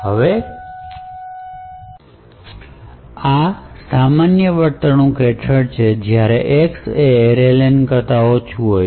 હવે આ સામાન્ય વર્તણૂક હેઠળ છે જ્યારે X એ array len કરતા ઓછું હોય છે